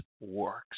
works